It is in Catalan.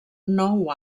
nou